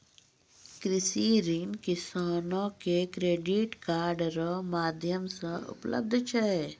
कृषि ऋण किसानो के क्रेडिट कार्ड रो माध्यम से उपलब्ध छै